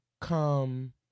come